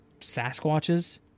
sasquatches